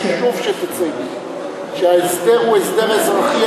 חשוב שתצייני שההסדר הוא הסדר אזרחי,